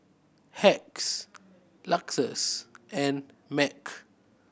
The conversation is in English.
Hacks Lexus and Mac